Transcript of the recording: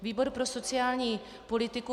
Výbor pro sociální politiku